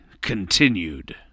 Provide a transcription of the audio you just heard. continued